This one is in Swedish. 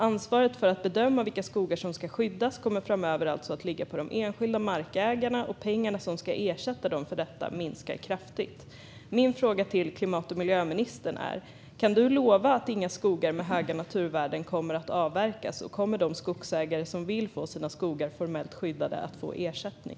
Ansvaret för att bedöma vilka skogar som ska skyddas kommer framöver att ligga på de enskilda markägarna, och pengarna som ska ersätta dem för detta minskar kraftigt. Min fråga till klimat och miljöministern är: Kan du lova att inga skogar med höga naturvärden kommer att avverkas, och kommer de skogsägare som vill få sina skogar formellt skyddade att få ersättning?